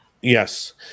yes